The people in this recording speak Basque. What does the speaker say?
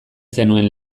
zenuen